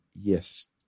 yes